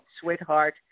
Sweetheart